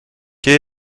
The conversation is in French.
quel